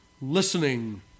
listening